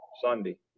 Sunday